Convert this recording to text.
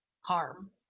harm